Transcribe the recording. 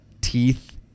teeth